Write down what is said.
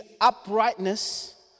uprightness